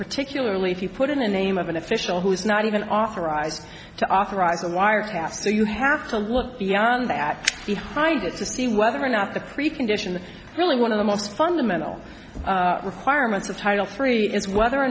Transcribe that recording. particularly if you put in a name of an official who is not even authorized to authorize a wiretap so you have to look beyond that behind it to see whether or not the precondition really one of the most fundamental requirements of title three is whether or